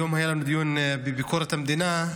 היום היה לנו דיון בביקורת המדינה,